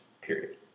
period